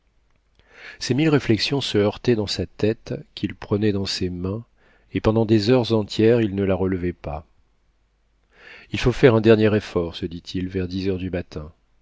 ces mille réflexions se heurtaient dans sa tête qu'il prenait dans ses mains et pendant des heures entières il ne la relevait pas il faut faire un dernier effort se dit-il vers dix heures du matin